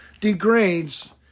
degrades